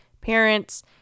parents